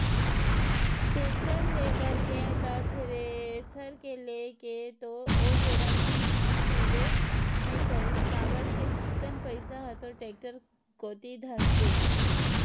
tractor ले बर गेंव त थेरेसर के लेय के तो ओ बेरा म हिम्मत होबे नइ करिस काबर के चिक्कन पइसा ह तो टेक्टर कोती धसगे